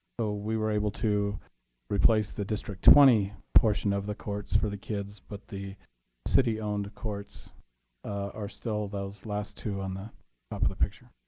so we were able to replace the district twenty portion of the courts for the kids. but the city owned courts are still those last two on the top of the picture.